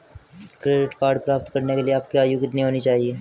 Credit card प्राप्त करने के लिए आपकी आयु कितनी होनी चाहिए?